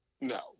No